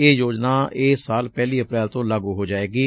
ਇਹ ਯੋਜਨਾ ਇਸ ਸਾਲ ਪਹਿਲੀ ਅਪ੍ਰੈਲ ਤੋਂ ਲਾਗੁ ਹੋ ਜਾਏਗੀ